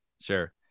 Sure